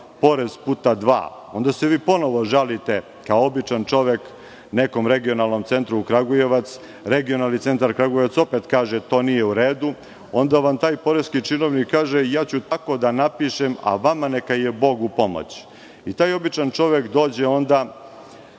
porez puta dva i onda se vi ponovo žalite kao običan čovek nekom regionalnom centru u Kragujevcu. Regionalni centar Kragujevac opet kaže da to nije u redu. Onda vam taj poreski činovnik kaže – ja ću tako da napišem, a vama neka je Bog u pomoći. Taj običan čovek dođe onda